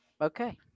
okay